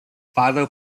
philo